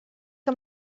que